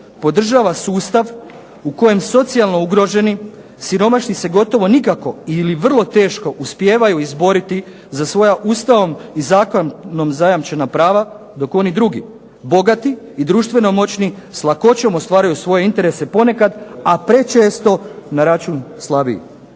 podržava sustav u kojem socijalno ugroženi, siromašni se gotovo nikako ili vrlo teško uspijevaju izboriti za svoja Ustavom i zakonom zajamčena prava dok oni drugi, bogati i društveno moćni s lakoćom ostvaruju svoje interese ponekad, a prečesto na račun slabijih.